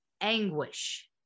anguish